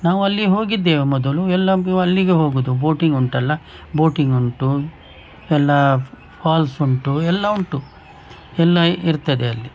ನಾವು ಅಲ್ಲಿ ಹೋಗಿದ್ದೇವೆ ಮೊದಲು ಎಲ್ಲ ಅಲ್ಲಿಗೆ ಹೋಗೋದು ಬೋಟಿಂಗ್ ಉಂಟಲ್ಲ ಬೋಟಿಂಗ್ ಉಂಟು ಎಲ್ಲ ಫಾಲ್ಸ್ ಉಂಟು ಎಲ್ಲ ಉಂಟು ಎಲ್ಲ ಇರ್ತದೆ ಅಲ್ಲಿ